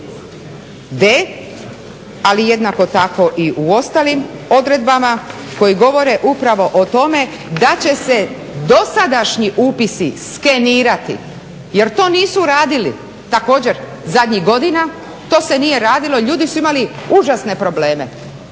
ali jednako tako i u ostalim odredbama koje govore upravo o tome da će se dosadašnji upisi skenirati jer to nisu radili također zadnjih godina, to se nije radilo. Ljudi su imali užasne probleme,